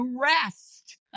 rest